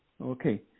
Okay